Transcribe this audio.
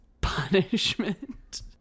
punishment